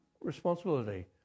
responsibility